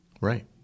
Right